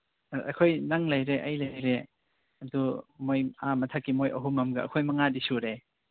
ꯑꯩꯈꯣꯏ ꯅꯪ ꯂꯩꯔꯦ ꯑꯩ ꯂꯩꯔꯦ ꯑꯗꯨ ꯃꯣꯏ ꯑꯥ ꯃꯊꯛꯀꯤ ꯃꯣꯏ ꯑꯍꯨꯝ ꯑꯃꯒ ꯑꯩꯈꯣꯏ ꯃꯉꯥꯗꯤ ꯁꯨꯔꯦ